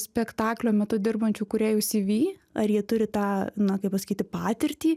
spektaklio metu dirbančių kūrėjų cv ar jie turi tą na kaip pasakyti patirtį